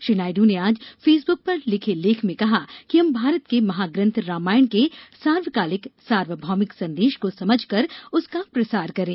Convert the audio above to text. श्री नायडू ने आज फेसबुक पर लिखे लेख में कहा कि हम भारत के महा ग्रंथ रामायण के सार्वकालिक सार्वभौमिक संदेश को समझें उसका प्रसार करें